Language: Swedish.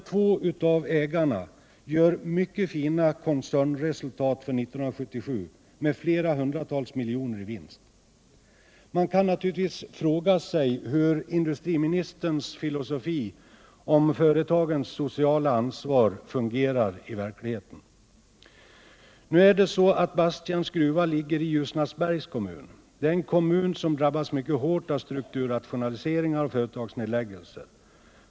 två av ägarna har mycket fina koncernresultat för 1977 med hundratals —- Nr 133 miljoner i vinst. Man kan naturligtvis fråga sig hur industriministerns filosoh Fredagen den om företagens sociala ansvar fungerar i verkligheten. 28 april 1978 Nu är det så att Basttjärns gruva ligger i Ljusnarsbergs kommun. Det är en kommun som drabbats mycket hårt av strukturrationaliseringar och företagsnedläggningar.